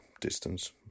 distance